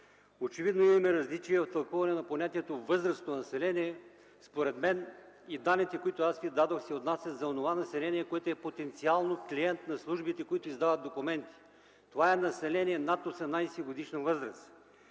Очевидно имаме различия в тълкуването на понятието „възрастно население”. Според мен и данните, които аз Ви дадох, се отнасят за онова население, което е потенциално клиент на службите, които издават документи. Това е население над 18-годишна възраст.